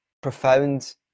profound